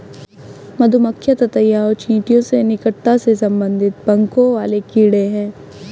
मधुमक्खियां ततैया और चींटियों से निकटता से संबंधित पंखों वाले कीड़े हैं